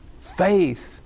faith